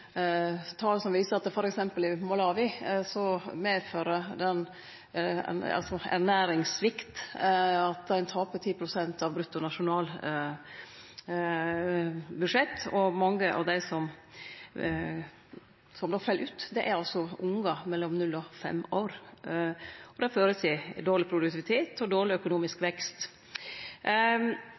tal som viser at f.eks. i Malawi medfører ernæringssvikt at ein taper 10 pst. av bruttonasjonalbudsjett, og mange av dei som fell frå, er ungar mellom null og fem år. Det fører til dårleg produktivitet og dårleg økonomisk vekst.